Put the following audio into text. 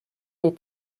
les